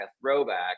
throwback